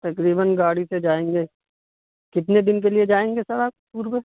تقریباً گاڑی سے جائیں گے کتنے دن کے لیے جائیں گے سر آپ ٹور پہ